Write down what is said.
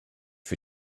für